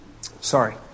Sorry